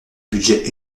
budgets